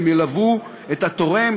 הם ילוו את התורם,